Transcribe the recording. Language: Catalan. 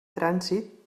trànsit